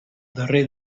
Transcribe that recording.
darrer